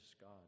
God